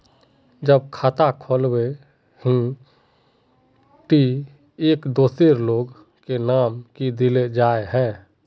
जब खाता खोलबे ही टी एक दोसर लोग के नाम की देल जाए है?